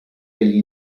degli